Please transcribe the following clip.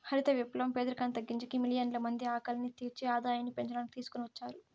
హరిత విప్లవం పేదరికాన్ని తగ్గించేకి, మిలియన్ల మంది ఆకలిని తీర్చి ఆదాయాన్ని పెంచడానికి తీసుకొని వచ్చారు